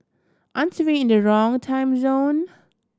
aren't we in the wrong time zone